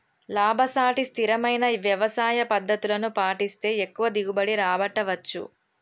లాభసాటి స్థిరమైన వ్యవసాయ పద్దతులను పాటిస్తే ఎక్కువ దిగుబడి రాబట్టవచ్చు